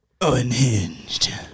Unhinged